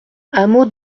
hameau